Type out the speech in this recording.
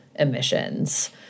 emissions